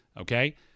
okay